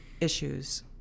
issues